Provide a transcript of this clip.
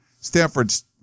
Stanford's